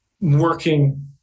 working